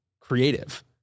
creative